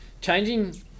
changing